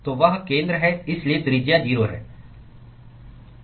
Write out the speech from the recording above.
तो वह केंद्र है इसलिए त्रिज्या 0 है